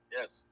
Yes